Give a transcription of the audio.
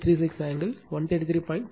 36 angle 133